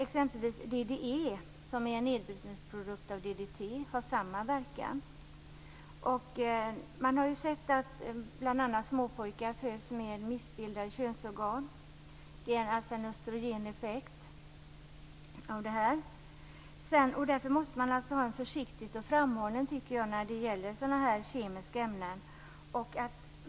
Exempelvis DDE, som är en nedbrytningsprodukt av DDT, har samma verkan. Man har ju sett att bl.a. småpojkar föds med missbildat könsorgan. Det är alltså en östrogeneffekt av detta. Därför tycker jag att man måste ha en försiktig framförhållning när det gäller sådana här kemiska ämnen.